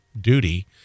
duty